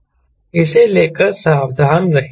इसे लेकर सावधान रहें